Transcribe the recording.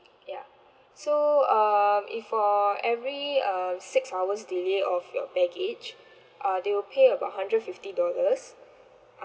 ya so um if for every uh six hours delay of your baggage uh they will pay about hundred fifty dollars